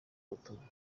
ubutumwa